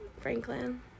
Franklin